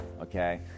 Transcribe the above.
Okay